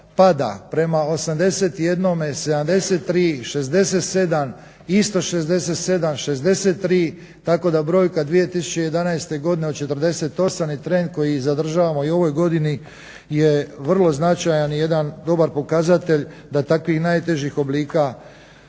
pada prema 81, 73, 67 isto 67, 63 tako da brojka 2011.godini od 48 i trend koji zadržavamo u ovoj godini je vrlo značajan i jedan dobar pokazatelj da takvih najtežih oblika